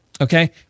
okay